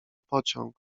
pociąg